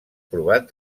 provat